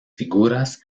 figuras